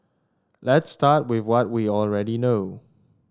let's start with what we already know